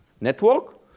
network